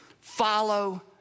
Follow